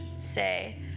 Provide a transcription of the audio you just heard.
say